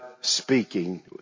speaking